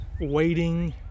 waiting